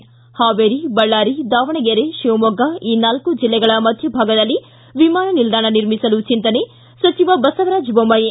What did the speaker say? ಿದ್ದಾ ಹಾವೇರಿ ಬಳ್ಳಾರಿ ದಾವಣಗೆರೆ ಶಿವಮೊಗ್ಗ ಈ ನಾಲ್ಡೂ ಜಿಲ್ಲೆಗಳ ಮಧ್ವಭಾಗದಲ್ಲಿ ವಿಮಾನ ನಿಲ್ದಾಣ ನಿರ್ಮಿಸಲು ಚಿಂತನೆ ಸಚಿವ ಬಸವರಾಜ ಬೊಮ್ನಾಯಿ